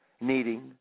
needing